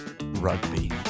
rugby